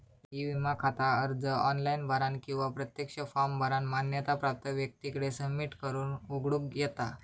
E विमा खाता अर्ज ऑनलाइन भरानं किंवा प्रत्यक्ष फॉर्म भरानं मान्यता प्राप्त व्यक्तीकडे सबमिट करून उघडूक येता